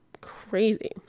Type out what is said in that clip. crazy